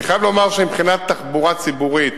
אני חייב לומר שמבחינת תחבורה ציבורית,